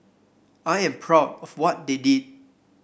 I am proud of what they did